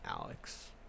Alex